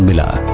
la